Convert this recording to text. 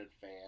fan